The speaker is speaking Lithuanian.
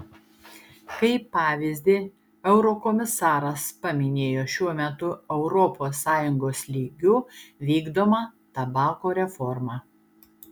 kaip pavyzdį eurokomisaras paminėjo šiuo metu europos sąjungos lygiu vykdomą tabako reformą